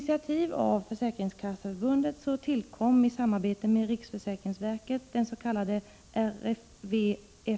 säkringsverket den s.k. RFV/FKF-utredningen. Ett förslag som kom 1980 Prot.